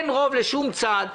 אין רוב לשום צעד.